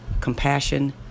compassion